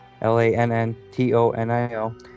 L-A-N-N-T-O-N-I-O